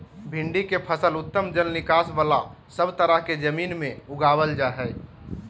भिंडी के फसल उत्तम जल निकास बला सब तरह के जमीन में उगावल जा हई